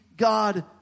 God